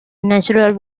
natural